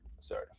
Sorry